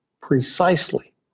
precisely